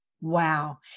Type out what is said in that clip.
Wow